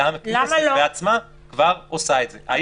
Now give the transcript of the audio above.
אלא הכנסת בעצמה כבר עושה את זה.